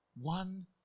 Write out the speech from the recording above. one